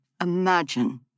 Imagine